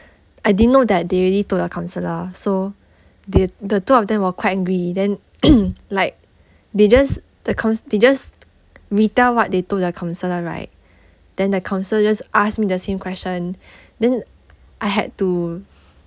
I didn't know that they already told the counsellor so the the two of them were quite angry then like they just the couns~ they just retell what they told the counsellor right then the counsellor just asked me the same question then I had to